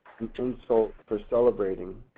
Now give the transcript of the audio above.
an insult for celebrating,